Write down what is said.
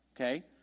Okay